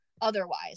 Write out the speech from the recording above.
Otherwise